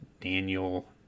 Daniel